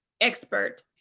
expert